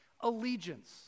allegiance